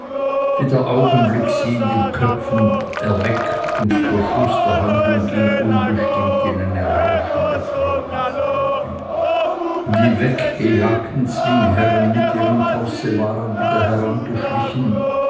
wie der augenblick sie in den tausend köpfen erweckte und der schluß der handlung ging unbestimmt in eine rauschende freudenfeier über die weggejagten zwingherren mit ihrem trosse waren wieder